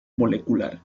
molecular